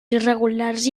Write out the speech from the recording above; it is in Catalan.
irregulars